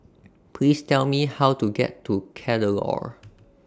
Please Tell Me How to get to Kadaloor